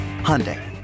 Hyundai